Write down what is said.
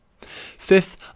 Fifth